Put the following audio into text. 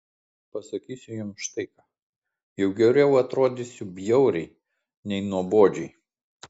pasakysiu jums štai ką jau geriau atrodysiu bjauriai nei nuobodžiai